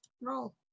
roll